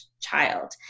child